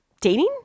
dating